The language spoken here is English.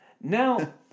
Now